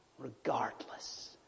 regardless